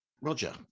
roger